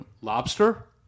Lobster